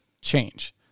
change